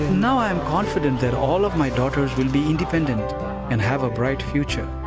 now i am confident that all of my daughters will be independent and have a bright future.